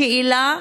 השאלה,